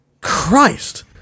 Christ